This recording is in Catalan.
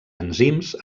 enzims